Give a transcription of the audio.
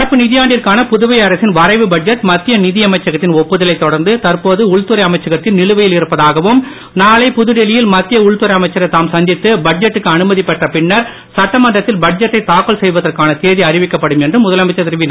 நடப்பு நிதியாண்டிற்கான புதுவை அரசின் வரைவு பட்ஜெட் மத்திய நிதியமைச்சகத்தின் ஒப்புதலை தொடர்ந்து தற்போது உள்துறை அமைச்சகத்தில் நிலுவையில் இருப்பதாகவும் நாளை புதுடெல்லியில் மத்திய உள்துறை அமைச்சரை தாம் சந்தித்து பட்ஜெட்டுக்கு அனுமதி பெற்ற பின்னர் சட்டமன்றத்தில் பட்ஜெட்டை செய்வதற்கான தேதி அறிவிக்கப்படும் என்றும் முதலமைச்சர் தாக்கல் திரு